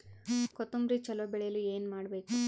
ಕೊತೊಂಬ್ರಿ ಚಲೋ ಬೆಳೆಯಲು ಏನ್ ಮಾಡ್ಬೇಕು?